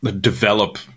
develop